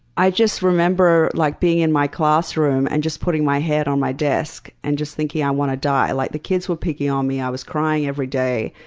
i just remember like being in my classroom and just putting my head on my desk and just thinking, i want to die. like the kids were picking on me, i was crying every day.